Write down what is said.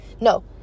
No